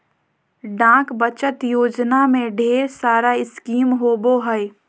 डाक बचत योजना में ढेर सारा स्कीम होबो हइ